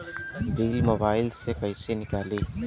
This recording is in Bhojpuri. बिल मोबाइल से कईसे निकाली?